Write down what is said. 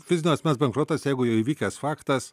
fizinio asmens bankrotas jeigu įvykęs faktas